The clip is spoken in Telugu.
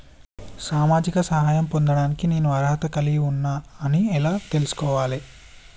సామాజిక సహాయం పొందడానికి నేను అర్హత కలిగి ఉన్న అని ఎలా తెలుసుకోవాలి?